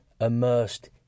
immersed